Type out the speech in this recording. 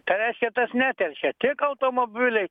tai reiškia tas neteršia tik automobiliai